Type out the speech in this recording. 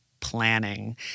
planning